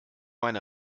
meine